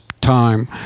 time